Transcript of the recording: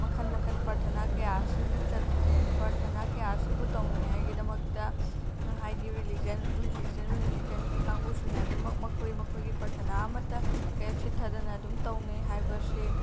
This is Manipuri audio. ꯃꯈꯟ ꯃꯈꯟ ꯄ꯭ꯔꯊꯅꯥ ꯀꯌꯥ ꯑꯁꯤꯕꯨ ꯆꯠ ꯃꯄ꯭ꯔꯊꯅꯥ ꯀꯌꯥ ꯑꯁꯤꯕꯨ ꯇꯧꯅꯤꯉꯥꯏꯒꯤꯗꯃꯛꯇ ꯍꯥꯏꯗꯤ ꯔꯤꯂꯤꯖꯟ ꯔꯤꯂꯤꯖꯟ ꯔꯤꯂꯤꯖꯟꯒꯤ ꯀꯥꯡꯕꯨꯁꯤꯡꯅ ꯑꯗꯨꯃꯛ ꯃꯈꯣꯏ ꯃꯈꯣꯏꯒꯤ ꯄ꯭ꯔꯊꯅꯥ ꯑꯃꯠꯇ ꯍꯦꯛ ꯆꯤꯠꯊꯗꯅ ꯑꯗꯨꯝ ꯇꯧꯅꯩ ꯍꯥꯏꯕ ꯑꯁꯦ